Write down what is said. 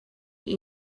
from